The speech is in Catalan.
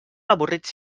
avorrits